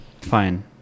Fine